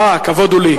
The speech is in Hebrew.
הכבוד הוא לי.